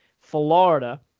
Florida